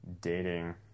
dating